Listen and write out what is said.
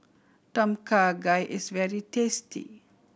Tom Kha Gai is very tasty